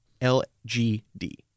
L-G-D